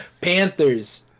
Panthers